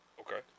Okay